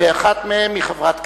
ואחת מהן היא חברת כנסת.